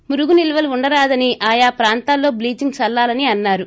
మురుగు నిల్వలు ఉండరాదని ఆయా ప్రాంతాలలో బ్లీచింగ్ చల్లాలని అన్నారు